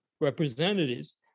representatives